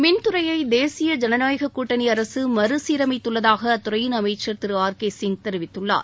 மின்துறையை தேசிய ஜனநாயகக் கூட்டணி அரசு மறுசீரமைத்துள்ளதாக அத்துறையின் அமைச்சர் திரு ஆர் கே சிங் தெரிவித்துள்ளார்